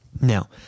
Now